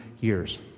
years